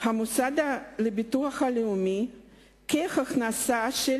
המוסד לביטוח הלאומי כהכנסה של